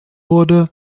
wurde